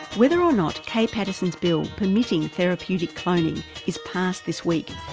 whether or not kay paterson's bill permitting therapeutic cloning is passed this week,